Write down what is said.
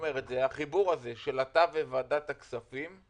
החיבור הזה של אתה וועדת הכספים,